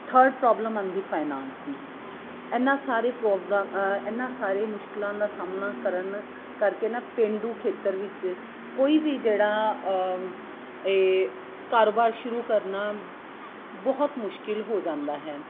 third problem ਆਉਂਦੀ finance ਦੀ ਇਹਨਾਂ ਸਾਰੇ ਪ੍ਰੋਬਲ ਇਹਨਾਂ ਸਾਰੇ ਮੁਸ਼ਕਿਲਾਂ ਦਾ ਸਾਹਮਣਾ ਕਰਨ ਕਰਕੇ ਨਾ ਪੇਂਡੂ ਖੇਤਰ ਵਿੱਚ ਕੋਈ ਵੀ ਜਿਹੜਾ ਇਹ ਕਾਰੋਬਾਰ ਸ਼ੁਰੂ ਕਰਨਾ ਬਹੁਤ ਮੁਸ਼ਕਿਲ ਹੋ ਜਾਂਦਾ ਹੈ